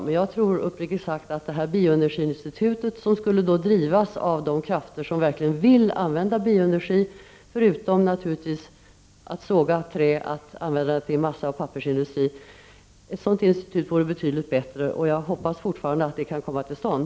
Men jag tror uppriktigt sagt att ett bioenergiinstitut, som då skulle drivas av de krafter som verkligen vill använda skogsvaran till energi förutom naturligtvis till att såga till massa och papper, vore betydligt bättre. Jag hoppas fortfarande att det kan komma till stånd.